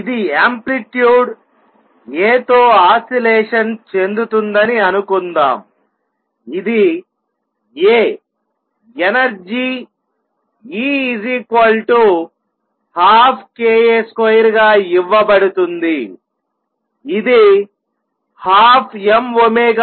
ఇది amplitude A తో oscillation చెందుతుందని అనుకుందాంఇది A ఎనర్జీ E 12kA2 గా ఇవ్వబడుతుంది ఇది 12m2A2